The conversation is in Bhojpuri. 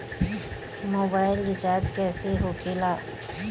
मोबाइल रिचार्ज कैसे होखे ला?